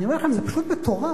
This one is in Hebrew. אני אומר לכם, זה פשוט מטורף.